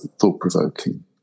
thought-provoking